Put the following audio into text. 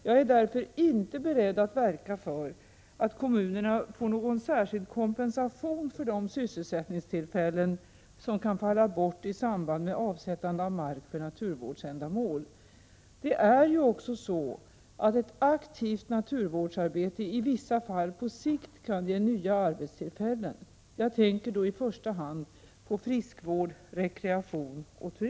Jag är därför inte beredd att verka för att kommunerna får någon särskild kompensation för de sysselsättningstillfällen som kan falla bort i samband med avsättande av mark för naturvårdsändamål. Det är ju också så att ett aktivt naturvårdsarbete i vissa fall på sikt kan ge nya arbetstillfällen. Jag tänker då i första hand på friskvård, rekreation och = Prot.